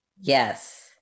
Yes